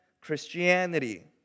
Christianity